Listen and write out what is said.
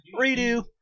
Redo